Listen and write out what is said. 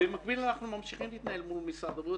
במקביל אנחנו ממשיכים להתנהל מול משרד הבריאות.